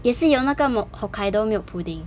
也是有那个 mo~ hokkaido milk pudding